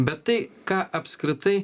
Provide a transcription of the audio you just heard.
bet tai ką apskritai